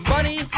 Money